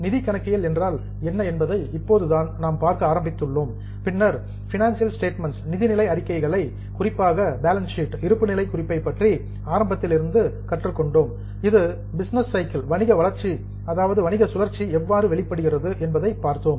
நிதி கணக்கியல் என்றால் என்ன என்பதை இப்போதுதான் நாம் பார்க்க ஆரம்பித்துள்ளோம் பின்னர் பினான்சியல் ஸ்டேட்மெண்ட்ஸ் நிதிநிலை அறிக்கைகளை குறிப்பாக பேலன்ஸ் ஷீட் இருப்புநிலை குறிப்பை பற்றி ஆரம்பத்திலிருந்து கற்றுக்கொண்டோம் இது பிசினஸ் சைக்கிள் வணிக சுழற்சியிலிருந்து எவ்வாறு வெளிப்படுகிறது என்பதை பார்த்தோம்